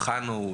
בחנו,